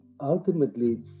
ultimately